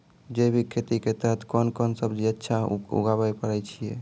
जैविक खेती के तहत कोंन कोंन सब्जी अच्छा उगावय पारे छिय?